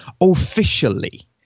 officially